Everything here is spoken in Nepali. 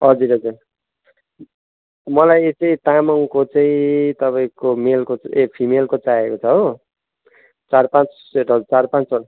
हजुर हजुर मलाई चाहिँ तामाङको चाहिँ तपाईँको मेलको ए फिमेलको चाहिएको छ हो चार पाँच सेट हजुर चार पाँच